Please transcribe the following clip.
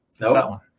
no